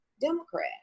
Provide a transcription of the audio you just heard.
Democrat